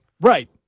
Right